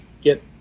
get